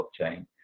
blockchain